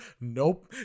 nope